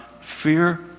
fear